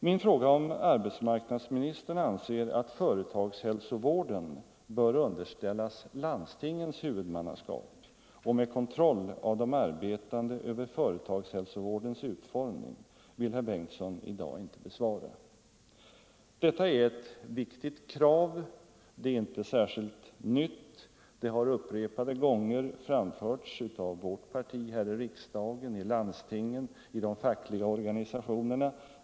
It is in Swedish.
Min fråga om arbetsmarknadsministern anser ”att företagshälsovården bör underställas landstingens huvudmannaskap och med kontroll av de arbetande över företagshälsovårdens utformning” vill herr Bengtsson i dag inte besvara. Detta är ett viktigt krav, men det är inte särskilt nytt. Det har upprepade gånger framförts av vårt parti här i riksdagen, i landstingen och i de fackliga organisationerna.